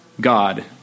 God